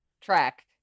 Track